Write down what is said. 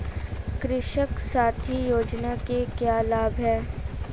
कृषक साथी योजना के क्या लाभ हैं?